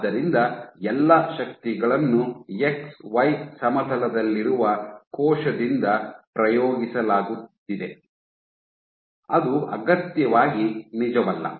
ಆದ್ದರಿಂದ ಎಲ್ಲಾ ಶಕ್ತಿಗಳನ್ನು ಎಕ್ಸ್ ವೈ ಸಮತಲದಲ್ಲಿರುವ ಕೋಶದಿಂದ ಪ್ರಯೋಗಿಸಲಾಗುತ್ತಿದೆ ಅದು ಅಗತ್ಯವಾಗಿ ನಿಜವಲ್ಲ